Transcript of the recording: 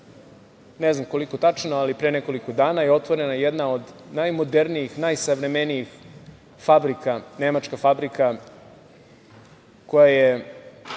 ne znam koliko tačno, ali pre nekoliko dana je otvorena jedna od najmodernijih, najsavremenijih fabrika, nemačka fabrika koja je